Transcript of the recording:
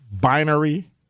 binary